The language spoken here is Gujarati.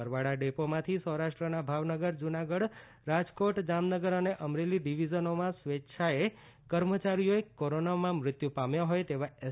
બરવાળા ડેપોમાંથી સૌરાષ્ટ્રના ભાવનગર જુનાગઢ રાજકોટ જામનગર અને અમરેલી ડીવીઝનોમાં સ્વેચ્છાએ કર્મચારીઓએ કોરોનમાં મૃત્યુ પામ્યા હોય તેવા એસ